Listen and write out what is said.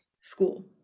school